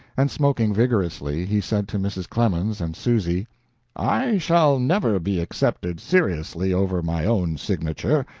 and smoking vigorously, he said to mrs. clemens and susy i shall never be accepted seriously over my own signature.